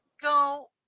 go